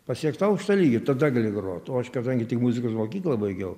pasiekt aukštą lygį tada gali grot o aš kadangi tik muzikos mokyklą baigiau